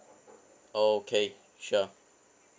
okay sure